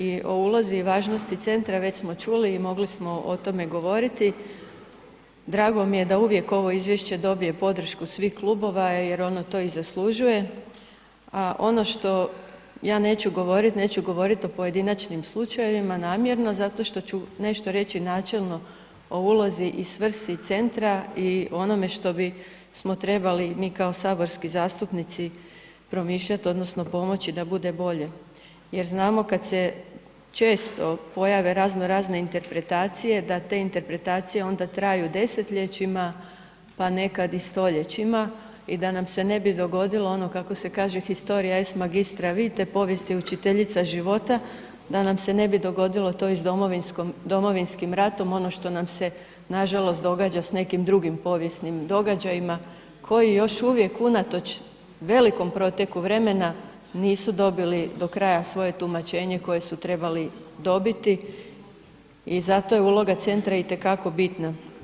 I o ulozi i važnosti centra već smo čuli i mogli smo o tome govoriti drago mi je da uvijek ovo izvješće dobije podršku svih klubova jer ono to i zaslužuje, a ono što ja neću govorit, neću govorit o pojedinačnim slučajevima namjerno zato što ću nešto reći načelno o ulozi i svrsi centra i onome što bismo trebali mi kao saborski zastupnici promišljati odnosno pomoći da bude bolje jer znamo kad se često pojave razno razne interpretacije da te interpretacije onda traju desetljećima pa nekad i stoljećima i da nam se ne bi dogodilo ono kako se kaže historia est magistra vidite povijest je učiteljica života, da nam se ne bi dogodilo to i s Domovinskim ratom ono što nam se nažalost događa s nekim drugim povijesnim događajima koji još uvijek unatoč velikom proteku vremenu nisu dobili do kraja svoje tumačenje koje su trebali dobiti i zato je uloga centra i te kako bitna.